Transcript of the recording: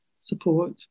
support